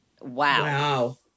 Wow